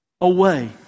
away